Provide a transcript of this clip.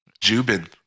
Jubin